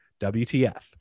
WTF